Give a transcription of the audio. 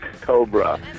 Cobra